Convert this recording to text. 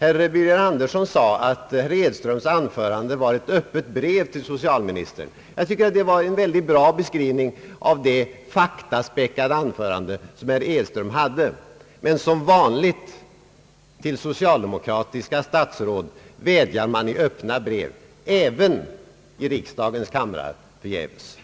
Herr Birger Andersson sade att herr Edströms anförande var ett öppet brev till socialministern. Det tycker jag var en väldigt bra beskrivning av det faktaspäckade anförande som herr Edström höll, men som vanligt när det gäller socialdemokratiska statsråd väd jar man i öppna brev även i riksdagens kamrar förgäves